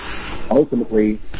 ultimately